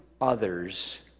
others